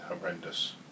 horrendous